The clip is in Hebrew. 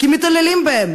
כי מתעללים בהם,